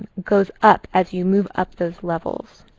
goes up as you move up those levels.